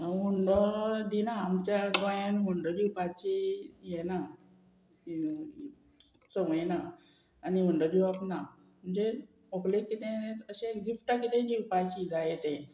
हांव हुंडो दिना आमच्या गोंयान हुंडो दिवपाची येना सवयना आनी हुंडो दिवप ना म्हणजे व्होले कितें अशें गिफ्टां कितें दिवपाची जाय तें